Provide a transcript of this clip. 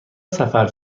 سفر